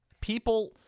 People